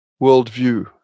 worldview